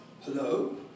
Hello